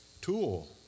tool